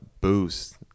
boost